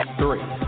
three